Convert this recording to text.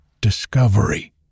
discovery